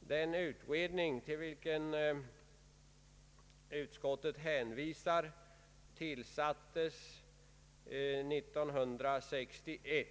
Den utredning till vilken utskottet hänvisar tillsattes 1961.